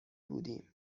بودیم